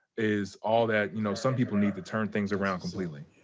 is all that, you know, some people need to turn things around completely.